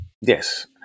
Yes